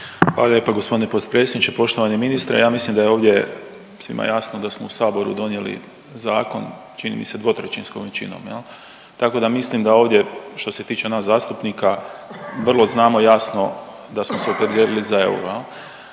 Hvala lijepa g. potpredsjedniče. Poštovani ministre, ja mislim da je ovdje svima jasno da smo u saboru donijeli zakon čini mi se dvotrećinskom većinom jel, tako da mislim da ovdje što se tiče nas zastupnika vrlo znamo jasno da smo se opredijelili za euro